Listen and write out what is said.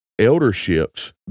elderships